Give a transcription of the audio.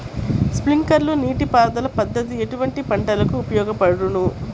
Sprinkler నీటిపారుదల పద్దతి ఎటువంటి పంటలకు ఉపయోగపడును?